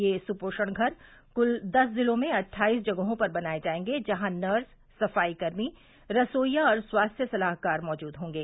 ये सुपोषण घर कुल दस जिलों में अट्ठाइस जगहों पर बनाये जायेंगे जहां नर्स सफाई कर्मी रसोइया और स्वास्थ्य सलाहकार मौजूद होंगे